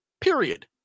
Period